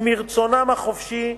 ומרצונם החופשי,